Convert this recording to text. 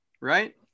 right